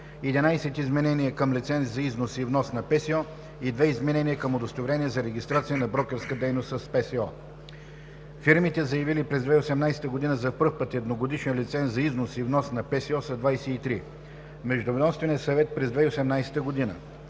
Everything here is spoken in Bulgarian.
11 изменения към лицензи за износ и внос на ПСО и 2 изменения към удостоверения за регистрация за брокерска дейност в ПСО. Фирмите, заявили през 2018 г. за пръв път едногодишен лиценз за износ и внос на ПСО, са 23. Междуведомственият съвет през 2018 г.: